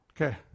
Okay